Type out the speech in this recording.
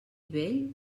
vell